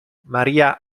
maria